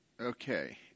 Okay